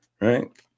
Right